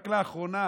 רק לאחרונה